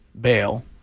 bail